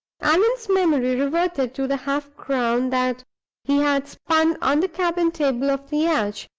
allan's memory reverted to the half-crown that he had spun on the cabin-table of the yacht,